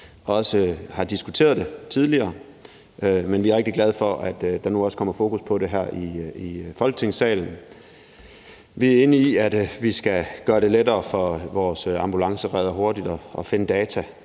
vi har også diskuteret det tidligere, men vi er rigtig glade for, at der nu også kommer fokus på det her i Folketingssalen. Vi er enige i, at vi skal gøre det lettere for vores ambulancereddere hurtigt at finde data,